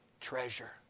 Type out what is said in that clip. treasure